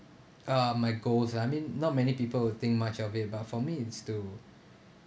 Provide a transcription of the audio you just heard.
uh my goals I mean not many people will think much of it but for me it's to